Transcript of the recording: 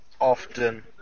often